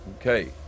Okay